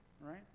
right